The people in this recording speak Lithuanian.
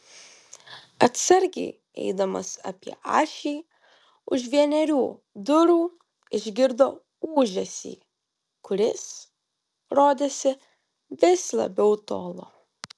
atsargiai eidamas apie ašį už vienerių durų išgirdo ūžesį kuris rodėsi vis labiau tolo